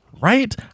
right